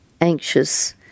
anxious